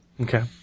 Okay